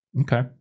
Okay